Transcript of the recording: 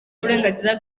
uburenganzira